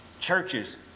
churches